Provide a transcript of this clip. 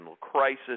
crisis